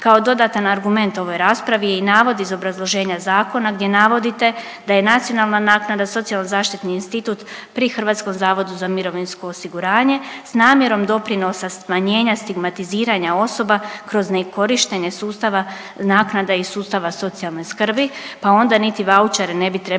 Kao dodatan argument ovoj raspravi i navod iz obrazloženja zakona gdje navodite da je nacionalna naknada socijalno zaštitni institut pri Hrvatskom zavodu za mirovinsko osiguranje sa namjerom doprinosa smanjenja, stigmatiziranja osoba kroz nekorištenje sustava naknada i sustava socijalne skrbi, pa onda niti vaučere ne bi trebali